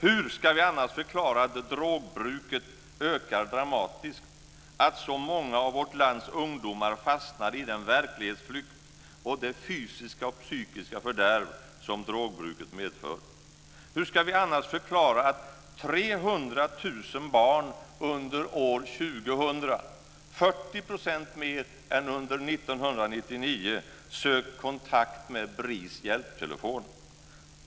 Hur ska vi annars förklara att drogbruket ökar dramatiskt, att så många av vårt lands ungdomar fastnar i den verklighetsflykt och det fysiska och psykiska fördärv som drogbruket medför? Hur ska vi annars förklara att 300 000 barn under år 2000, 40 % fler än under 1999, sökt kontakt med BRIS hjälptelefon?